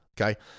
okay